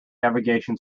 navigation